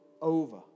over